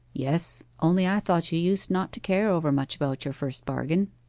yes. only i thought you used not to care overmuch about your first bargain